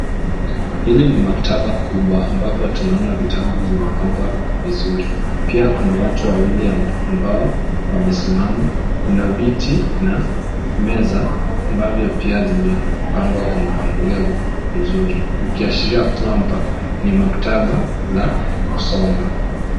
Hili ni maktaba kubwa ambapo tunaona vitabu zimepangwa vizuri. Pia kuna watu wawili ambao wamesimama .Kuna viti na meza ambavyo pia zimepangwa kwa mpangilio mzuri ukiashiria kwamba ni maktaba la kusoma.